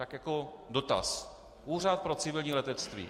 Tak dotaz: Úřad pro civilní letectví.